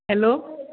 hello